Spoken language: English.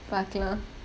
பாக்கலாம்:paakalaam